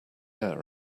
air